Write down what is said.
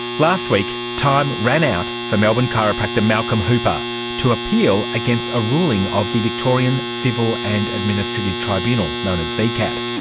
last week time ran out for melbourne chiropractor malcolm hooper to appeal against a ruling of the victorian civil and administrative tribunal, known as vcat.